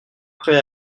prêts